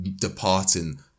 departing